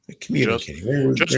communicating